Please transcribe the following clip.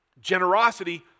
generosity